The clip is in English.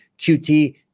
QT